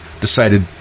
decided